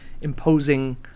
imposing